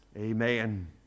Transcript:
Amen